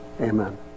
Amen